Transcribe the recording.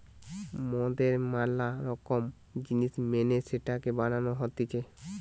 মদের ম্যালা রকম জিনিস মেনে সেটাকে বানানো হতিছে